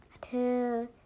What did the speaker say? two